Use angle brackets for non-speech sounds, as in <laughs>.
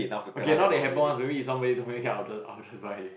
okay now that it happen ones maybe if someone communicates I'll just I'll just buy it <laughs>